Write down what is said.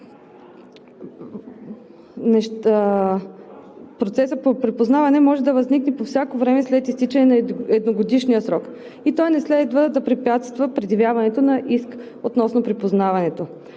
Процесът по припознаване може да възникне по всяко време след изтичането на едногодишния срок и то не следва да препятства предявяването на иск относно припознаването.